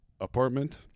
apartment